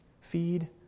feed